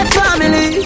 family